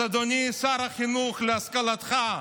אז אדוני שר החינוך, להשכלתך,